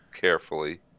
carefully